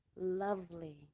lovely